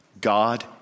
God